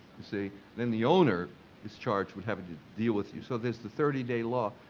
you see. then the owner is charged with having to deal with you. so there's the thirty day law.